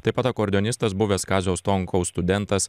taip pat akordeonistas buvęs kazio stonkaus studentas